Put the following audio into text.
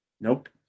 Nope